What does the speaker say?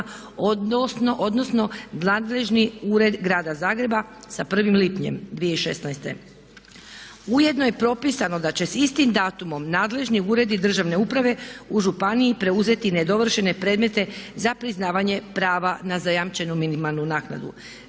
odnosno nadležni Ured grada Zagreba sa 1. lipnjem 2016. Ujedno je propisano da će s istim datumom nadležni Uredi državne uprave u županiji preuzeti nedovršene predmete za priznavanje prava na zajamčenu minimalnu naknadu.